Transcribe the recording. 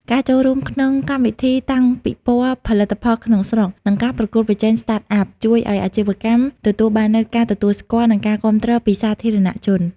ការចូលរួមក្នុងកម្មវិធីតាំងពិព័រណ៍ផលិតផលក្នុងស្រុក និងការប្រកួតប្រជែង Startup ជួយឱ្យអាជីវកម្មទទួលបាននូវការទទួលស្គាល់ និងការគាំទ្រពីសាធារណជន។